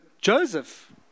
Joseph